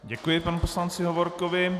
Děkuji panu poslanci Hovorkovi.